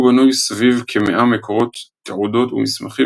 הוא בנוי סביב כמאה מקורות תעודות ומסמכים